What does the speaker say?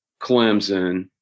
Clemson